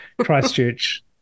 Christchurch